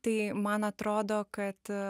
tai man atrodo kad